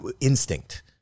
instinct